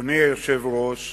אדוני היושב-ראש,